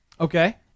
Okay